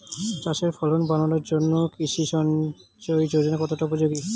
চাষের ফলন বাড়ানোর জন্য কৃষি সিঞ্চয়ী যোজনা কতটা উপযোগী?